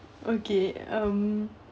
okay um